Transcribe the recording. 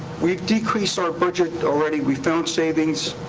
we've decreased our budget already. we've found savings.